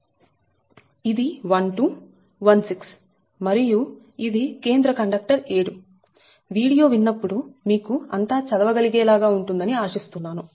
ఇది 12 16 మరియు ఇది కేంద్ర కండక్టర్ 7 వీడియో విన్నప్పుడు మీకు అంతా చదవగలిగే లాగా ఉంటుందని ఆశిస్తున్నాను